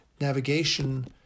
navigation